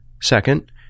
Second